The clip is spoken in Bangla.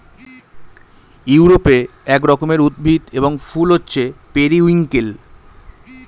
ইউরোপে এক রকমের উদ্ভিদ এবং ফুল হচ্ছে পেরিউইঙ্কেল